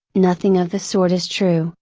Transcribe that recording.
nothing of the sort is true,